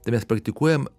tai mes praktikuojam